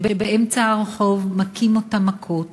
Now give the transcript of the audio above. שבאמצע הרחוב מכים אותם מכות